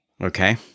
Okay